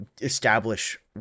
establish